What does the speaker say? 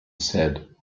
said